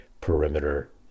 perimeter